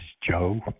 Joe